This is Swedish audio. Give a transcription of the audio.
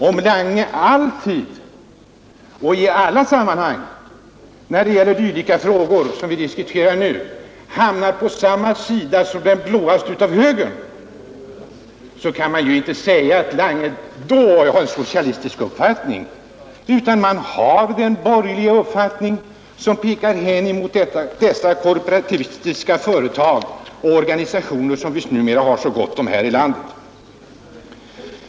Om herr Lange alltid och i alla sammanhang när det gäller sådana frågor som den vi diskuterar nu hamnar på samma sida som den allra blåaste högern, kan man ju inte påstå att herr Lange har en socialistisk uppfattning, hans uppfattning är borgerlig, som pekar hän mot dessa korporativistiska företag och organisationer som vi numera har så gott om här i landet.